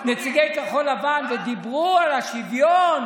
עמדו פה נציגי כחול לבן ודיברו על השוויון.